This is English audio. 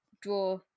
draw